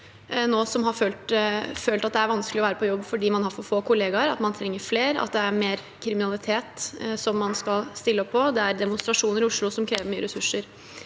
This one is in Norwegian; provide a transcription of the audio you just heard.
nå som har følt at det er vanskelig å være på jobb fordi man har for få kollegaer, man trenger flere, det er mer kriminalitet man skal stille opp mot, og det er demonstrasjoner i Oslo som krever mye ressurser.